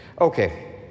Okay